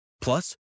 Plus